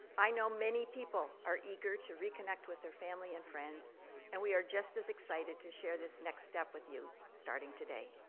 i know many people are eager to reconnect with their family and friends and we are just as excited to share this next up with you, starting today.